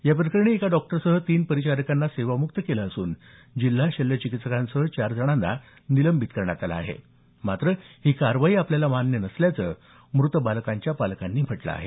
या प्रकरणी एका डॉक्टरसह तीन परिचारिकांना सेवामुक्त केलं असून जिल्हा शल्यचिकित्सकांसह चार जणांना निलंबित करण्यात आलं आहे मात्र ही कारवाई आपल्याला मान्य नसल्याचं मृत बालकांच्या पालकांनी म्हटलं आहे